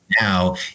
now